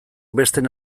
besteen